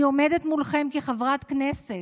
אני עומדת מולכם כחברת כנסת,